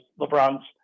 LeBron's